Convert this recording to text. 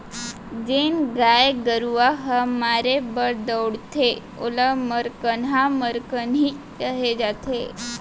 जेन गाय गरूवा ह मारे बर दउड़थे ओला मरकनहा मरकनही कहे जाथे